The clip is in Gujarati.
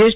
એસ